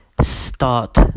start